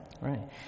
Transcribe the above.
Right